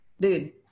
dude